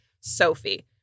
Sophie